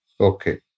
Okay